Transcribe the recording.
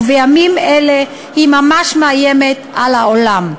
ובימים אלה היא ממש מאיימת על העולם.